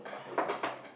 okay